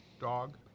dog